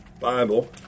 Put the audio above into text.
Bible